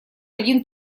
один